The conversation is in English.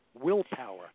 willpower